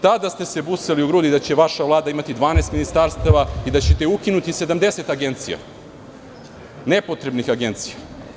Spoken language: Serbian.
Tada se busali u grudi da će vaša Vlada imati 12 ministarstava i da ćete ukinuti 70 nepotrebnih agencija.